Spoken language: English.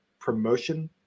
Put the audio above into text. promotion